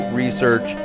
research